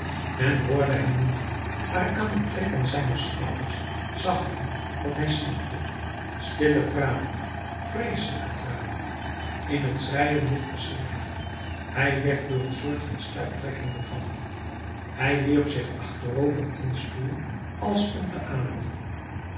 men hoorde hem niet maar aan het trekken zijner schouders zag men dat hij snikte stille tranen vreeselijke tranen in het schreien ligt verstikking hij werd door een soort van stuiptrekking bevangen hij wierp zich achterover in den stoel als om te ademen